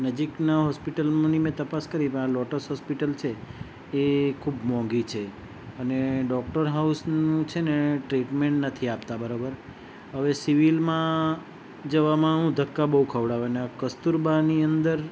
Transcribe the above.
નજીકના હોસ્પિટલની મેં તપાસ કરી લોટસ હોસ્પિટલ છે એ ખૂબ મોંઘી છે અને ડોક્ટર હાઉસનું છે ને ટ્રીટમેન્ટ નથી આપતા બરાબર હવે સિવિલમાં જવામાં હું ધક્કા બહુ ખવડાવે અને કસ્તુરબાની અંદર